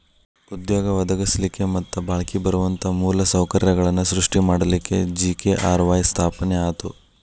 ಉದ್ಯೋಗ ಒದಗಸ್ಲಿಕ್ಕೆ ಮತ್ತ ಬಾಳ್ಕಿ ಬರುವಂತ ಮೂಲ ಸೌಕರ್ಯಗಳನ್ನ ಸೃಷ್ಟಿ ಮಾಡಲಿಕ್ಕೆ ಜಿ.ಕೆ.ಆರ್.ವಾಯ್ ಸ್ಥಾಪನೆ ಆತು